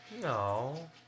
No